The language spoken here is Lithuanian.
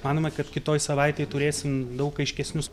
manome kad kitoj savaitėj turėsim daug aiškesnius